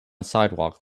sidewalk